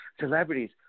celebrities